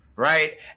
Right